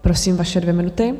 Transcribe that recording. Prosím, vaše dvě minuty.